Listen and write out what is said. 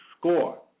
score